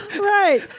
Right